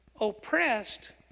oppressed